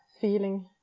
feeling